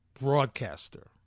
broadcaster